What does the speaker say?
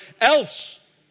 Else